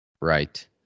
Right